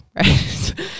right